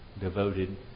devoted